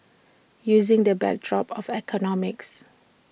using the backdrop of economics